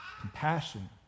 Compassion